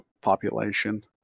population